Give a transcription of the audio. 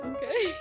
Okay